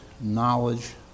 knowledge